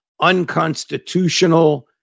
unconstitutional